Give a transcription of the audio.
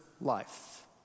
life